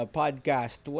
podcast